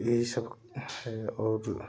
यही सब है और